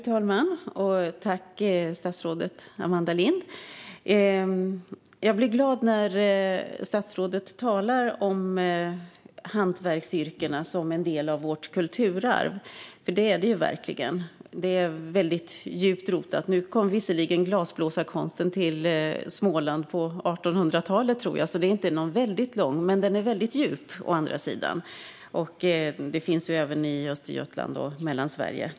Fru talman! Tack, statsrådet Amanda Lind! Jag blir glad när statsrådet talar om hantverksyrkena som en del av vårt kulturarv, för det är de verkligen. De är väldigt djupt rotade. Visserligen kom glasblåsarkonsten till Småland på 1800-talet, tror jag, så traditionen är inte så lång, men den är djup. Glasblåseri finns även i Östergötland och Mellansverige.